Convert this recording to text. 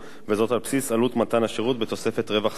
וזאת על בסיס עלות מתן השירות בתוספת רווח סביר.